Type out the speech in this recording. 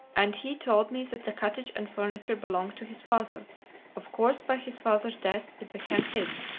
and he told me that the cottage and furniture belonged to his father of course by his father's death it became his,